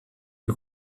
you